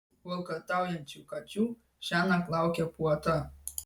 valkataujančių kačių šiąnakt laukia puota